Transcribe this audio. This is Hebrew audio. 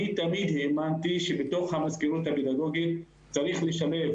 תמיד האמנתי שבתוך המזכירות הפדגוגית צריך לשלב